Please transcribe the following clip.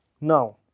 Now